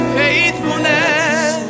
faithfulness